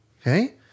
Okay